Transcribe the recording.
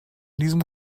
diesem